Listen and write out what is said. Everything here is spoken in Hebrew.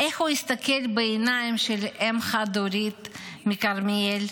איך הוא יסתכל בעיניים של אם חד-הורית מכרמיאל?